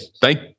thank